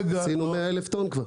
עשינו 100,000 טון.